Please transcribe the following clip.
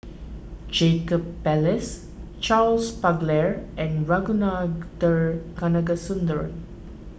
Jacob Ballas Charles Paglar and Ragunathar Kanagasuntheram